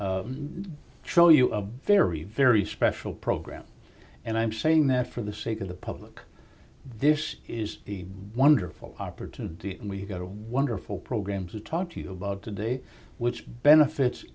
show you a very very special program and i'm saying that for the sake of the public this is a wonderful opportunity and we've got a wonderful program to talk to you about today which benefits